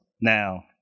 Now